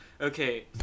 Okay